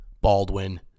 Baldwin